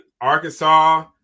Arkansas